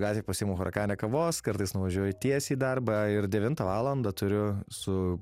gatvėj pasiimu hurakane kavos kartais nuvažiuoju tiesiai į darbą ir devintą valandą turiu su